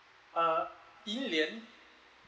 uh yi lian